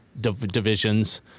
divisions